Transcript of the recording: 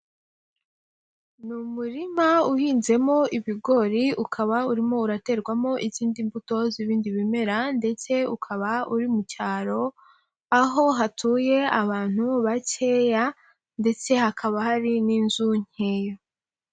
Ni umurima uhinzemo ibigori ukaba urimo uraterwamo izindi mbuto z'ibindi bimera ndetse ukaba uri mu cyaro, aho hatuye abantu bakeya ndetse hakaba hari n'inzu nkeya.